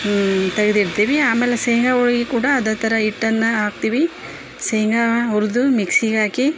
ತೆಗ್ದು ಇಡ್ತೀವಿ ಆಮೇಲೆ ಶೇಂಗಾ ಹೋಳಿಗಿ ಕೂಡ ಅದೇ ಥರ ಹಿಟ್ಟನ್ನ ಹಾಕ್ತಿವಿ ಶೇಂಗಾ ಹುರ್ದು ಮಿಕ್ಸಿಗೆ ಹಾಕಿ